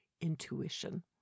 Intuition